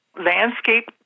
Landscape